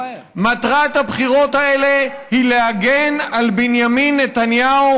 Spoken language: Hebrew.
מטרת הבחירות האלה היא להגן על בנימין נתניהו